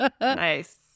Nice